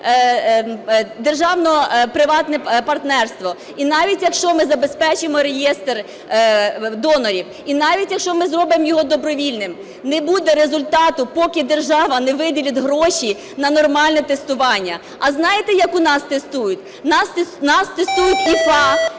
державно-приватне партнерство, і навіть якщо ми забезпечимо реєстр донорів, і навіть якщо ми зробимо його добровільними, не буде результату, поки держава не виділить гроші на нормальне тестування. А знаєте, як у нас тестують? У нас тестують ІФА,